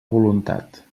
voluntat